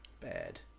Bad